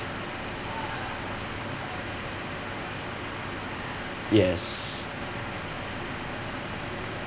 yes